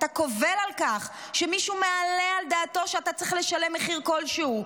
אתה קובל על כך שמישהו מעלה על דעתו שאתה צריך לשלם מחיר כלשהו.